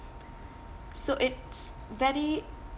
so it's very